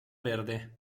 verde